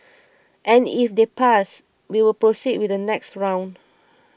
and if they pass we'll proceed with the next round